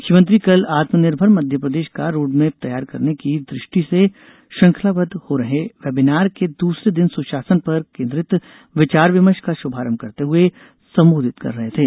मुख्यमंत्री कल आत्मनिर्भर मध्यप्रदेश का रोडमैप तैयार करने की दृष्टि से श्रृंखलावद्व हो रहे वेबीनार के दूसरे दिन सुशासन पर केन्द्रित विचार विमर्श का शुभारंभ करते हुए संबोधित कर रहे थे